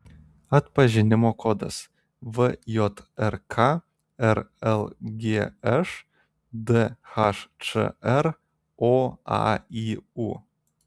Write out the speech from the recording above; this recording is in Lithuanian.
atpažinimo kodas vjrk rlgš dhčr oaiu